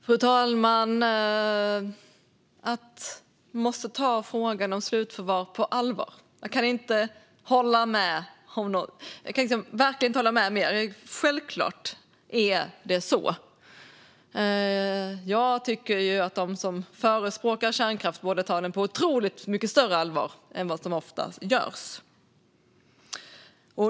Fru talman! Vi måste ta frågan om slutförvar på allvar. Jag kan verkligen inte hålla med mer - självfallet är det så. Jag tycker att de som förespråkar kärnkraft borde ta den på otroligt mycket större allvar än vad de ofta gör.